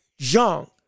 Zhang